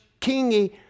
kingy